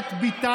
מה אתה מקשקש?